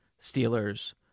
Steelers